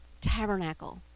tabernacle